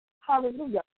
Hallelujah